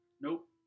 Nope